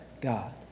God